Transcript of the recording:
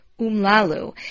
umlalu